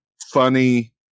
funny